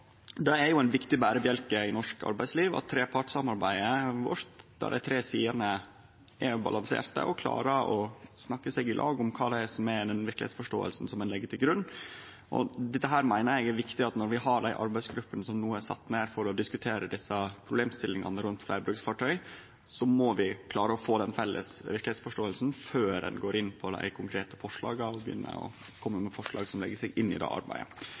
Det er jo ei viktig berebjelke i norsk arbeidsliv og trepartssamarbeidet vårt, der dei tre sidene er balanserte og klarer å snakke seg saman om kva som er den verkelegheitsforståinga som ein legg til grunn. Eg meiner det er viktig når vi har den arbeidsgruppa som no er sett ned for å diskutere problemstillingane rundt fleirbruksfartøy, at vi klarer å få ei felles verkelegheitsforståing før ein går inn på dei konkrete forslaga og begynner å kome med forslag som går inn i det arbeidet.